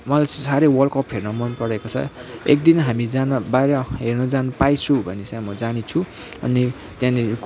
मलाई साह्रै world cup हेर्न मन परेको छ एकदिन हामी जान बाहिर हेर्नु जानु पाएछु भने चाहिँ म जानेछु अनि त्यहाँनिर